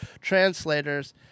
translators